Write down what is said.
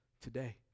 today